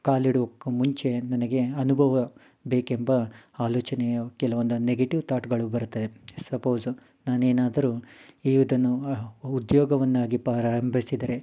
ಕಾಲಿಡುವುದಕ್ಕು ಮುಂಚೆ ನನಗೆ ಅನುಭವ ಬೇಕೆಂಬ ಆಲೋಚನೆಯು ಕೆಲವೊಂದು ನೆಗೆಟಿವ್ ಥಾಟ್ಗಳು ಬರುತ್ತದೆ ಸಪೋಸು ನಾನೇನಾದರೂ ಈ ಇದನ್ನು ಉದ್ಯೋಗವನ್ನಾಗಿ ಪ್ರಾರಂಭಿಸಿದರೆ